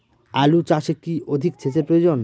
আলু চাষে কি অধিক সেচের প্রয়োজন?